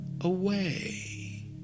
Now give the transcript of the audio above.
away